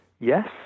yes